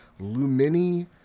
Lumini